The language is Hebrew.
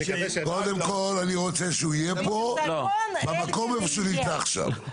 קודם כל אני רוצה שהוא יהיה פה במקום שהוא נמצא עכשיו.